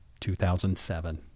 2007